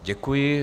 Děkuji.